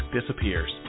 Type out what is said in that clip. disappears